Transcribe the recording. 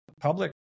public